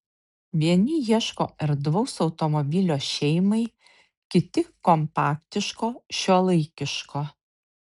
vieni ieško erdvaus automobilio šeimai kiti kompaktiško šiuolaikiško